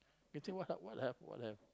Genting what have what have what have